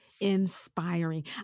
inspiring